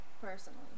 personally